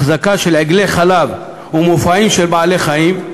החזקה של עגלי חלב ומופעים של בעלי-חיים,